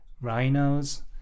rhinos